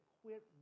quit